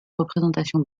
représentation